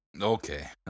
Okay